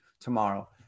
tomorrow